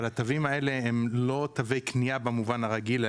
אבל התווים האלה הם לא תווי קנייה במובן הרגיל.